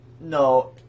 No